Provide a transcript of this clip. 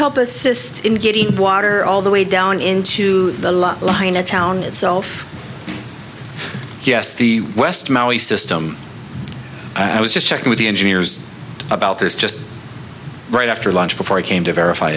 getting water all the way down into the lot line a town itself he yes the west maui system i was just checking with the engineers about this just right after lunch before i came to verify